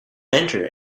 mentor